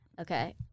Okay